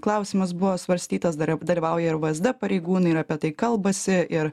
klausimas buvo svarstytas dar dalyvauja ir vzd pareigūnai ir apie tai kalbasi ir